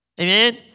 Amen